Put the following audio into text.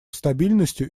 стабильности